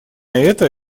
это